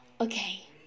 okay